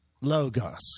Logos